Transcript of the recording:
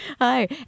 Hi